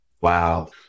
Wow